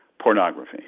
pornography